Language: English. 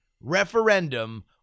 referendum